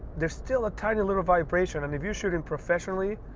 there's still a tiny little vibration and if you're shooting professionally,